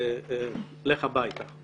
לך הביתה.